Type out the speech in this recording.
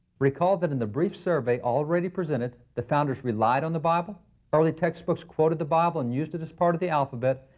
recall that in the brief survey already presented, the founders relied on the bible early textbooks quoted the bible and used it as part of the alphabet,